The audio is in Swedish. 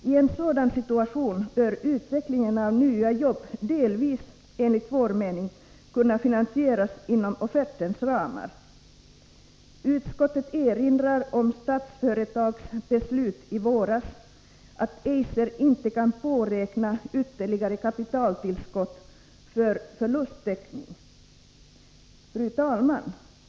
I en sådan situation bör utvecklingen av nya jobb enligt vår mening delvis kunna finansieras inom offertens ramar. Utskottet erinrar om Statsföretags beslut i våras, att Eiser inte kan påräkna ytterligare kapitaltillskott för förlusttäckning. Fru talman!